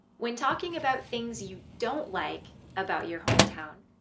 when talking about things you don't like about your hometown,